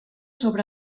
sobre